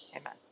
Amen